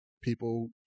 people